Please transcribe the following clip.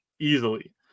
easily